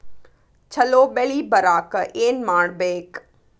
ಛಲೋ ಬೆಳಿ ಬರಾಕ ಏನ್ ಮಾಡ್ಬೇಕ್?